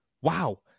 Wow